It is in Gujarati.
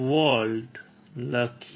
5V લખીએ